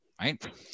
Right